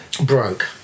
broke